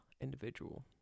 individual